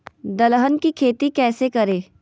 दलहन की खेती कैसे करें?